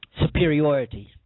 superiority